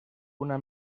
una